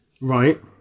right